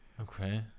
okay